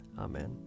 Amen